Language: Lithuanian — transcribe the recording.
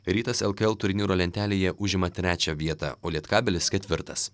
rytas lkl turnyro lentelėje užima trečią vietą o lietkabelis ketvirtas